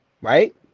right